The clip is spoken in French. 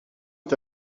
est